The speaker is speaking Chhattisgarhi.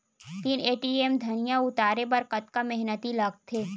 तीन एम.टी धनिया उतारे बर कतका मेहनती लागथे?